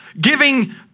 giving